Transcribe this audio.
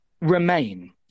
remain